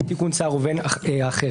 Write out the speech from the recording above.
בין אם תיקון סער ובין אם האחרים,